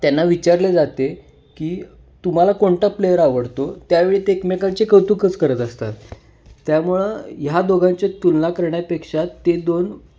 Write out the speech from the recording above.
त्यांना विचारल्या जाते की तुम्हाला कोणता प्लेयर आवडतो त्यावेळी ते एकमेकांचे कौतुकच करत असतात त्यामुळं ह्या दोघांच्या तुलना करण्यापेक्षा ते दोन